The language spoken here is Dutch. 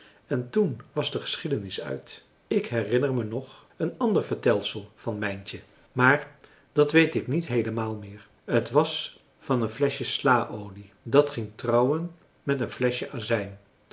en toen was de geschiedenis uit ik herinner me nog een ander vertelsel van mijntje maar dat weet ik niet heelemaal meer het was van een fleschje slaolie dat ging trouwen met een fleschje azijn